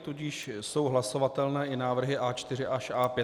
Tudíž jsou hlasovatelné i návrhy A4 až A5.